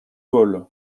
vol